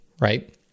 Right